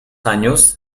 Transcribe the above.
años